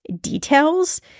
details